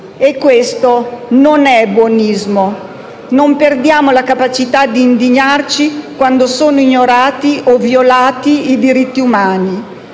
Questo non è buonismo: non perdiamo la capacità di indignarci quando sono ignorati o violati i diritti umani.